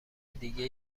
دیگه